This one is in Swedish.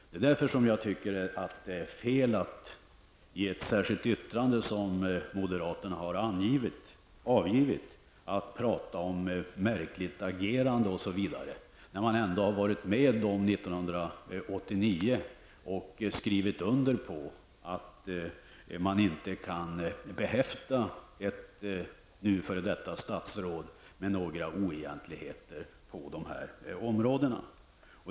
Det är därför jag tycker att det är fel att i ett särskilt yttrande, som moderaterna avgivit, tala om märkligt agerande osv., när man ändå 1989 skrev under att man inte kunde beslå ett numera före detta statsråd med några oegentligheter på detta område.